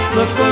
Look